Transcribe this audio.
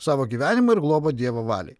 savo gyvenimą ir globą dievo valiai